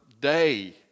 day